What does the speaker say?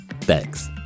Thanks